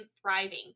thriving